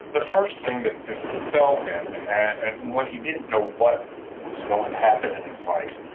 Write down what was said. the first thing that befell him and when he didn't know what was going to happen in his life,